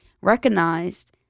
recognized